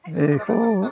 बेखौ